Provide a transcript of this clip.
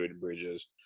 bridges